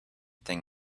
thing